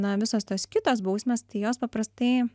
na visos tos kitos bausmės tai jos paprastai